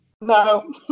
No